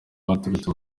baturutse